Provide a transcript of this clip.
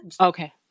Okay